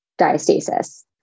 diastasis